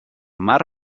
mar